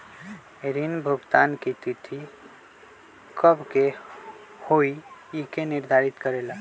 ऋण भुगतान की तिथि कव के होई इ के निर्धारित करेला?